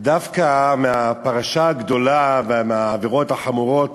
דווקא מהפרשה הגדולה, מהחשדות בעבירות החמורות